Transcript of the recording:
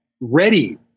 ready